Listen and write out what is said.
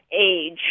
age